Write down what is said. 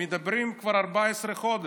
מדברים כבר 14 חודש.